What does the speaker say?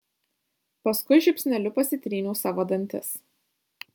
paskui žiupsneliu pasitryniau savo dantis